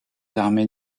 armées